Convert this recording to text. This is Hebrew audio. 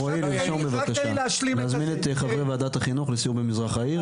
אני מזמין את חברי ועדת החינוך לסיור במזרח העיר.